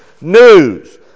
news